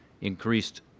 increased